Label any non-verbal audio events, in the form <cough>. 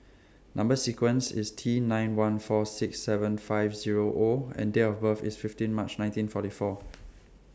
Number sequence IS T nine one four six seven five Zero O and Date of birth IS fifteen March nineteen forty four <noise>